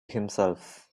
himself